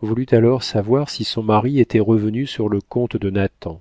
voulut alors savoir si son mari était revenu sur le compte de nathan